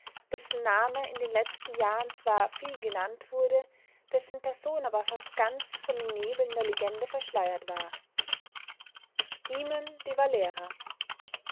dessen name in den letzten jahren zwar viel genannt wurde dessen person aber fast ganz von den nebeln der legende verschleiert war eammon de